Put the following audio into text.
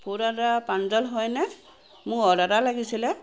food অৰ্ডাৰৰ প্ৰাঞ্জল হয়নে মোৰ অডাৰ এটা লাগিছিলে